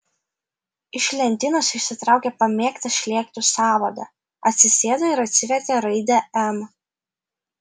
iš lentynos išsitraukė pamėgtą šlėktų sąvadą atsisėdo ir atsivertė raidę m